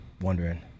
wondering